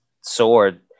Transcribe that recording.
sword